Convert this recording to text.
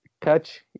catch